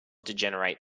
degenerate